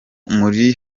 muri